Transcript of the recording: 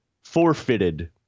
forfeited